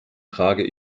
trage